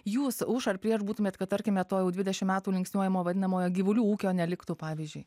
jūs už ar prieš būtumėt kad tarkime to jau dvidešim metų linksniuojamo vadinamojo gyvulių ūkio neliktų pavyzdžiui